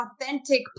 authentic